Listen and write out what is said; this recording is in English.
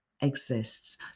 exists